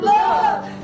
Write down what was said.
Love